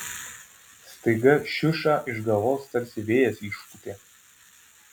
staiga šiušą iš galvos tarsi vėjas išpūtė